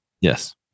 Yes